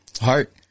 Heart